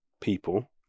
people